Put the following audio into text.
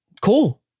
Cool